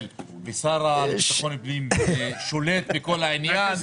ושר לביטחון פנים שולט בכל העניין,